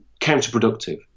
counterproductive